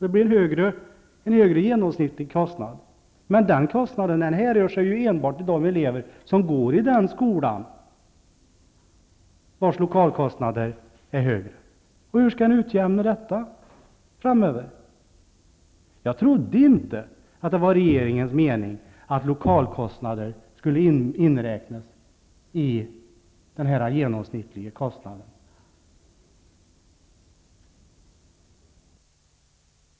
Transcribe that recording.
Det blir alltså en högre genomsnittlig kostnad. Men den kostnaden hänförs enbart till de elever som går i den skola som har högre lokalkostnader. Hur skall ni utjämna detta framöver? Jag trodde inte att det var regeringens mening att lokalkostnader skulle inräknas i den genomsnittliga kostnaden.